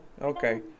Okay